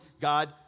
God